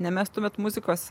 nemestumėt muzikos